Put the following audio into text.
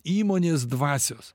įmonės dvasios